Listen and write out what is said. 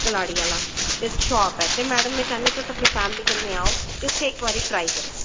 कलाड़ी आह्ला शॉप ऐ ते में चाह्नींं ऐ की तुसेंगी की फैमिली कन्नै आओ ते इक्क बारी ट्राई करो